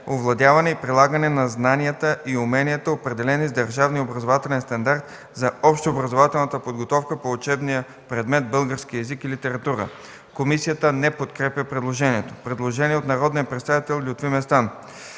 овладяване и прилагане на знанията и уменията, определени с държавния образователен стандарт за общообразователната подготовка по учебния предмет „Български език и литература”. Комисията не подкрепя предложението. Предложение от народния представител Лютви Местан: